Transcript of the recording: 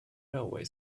railway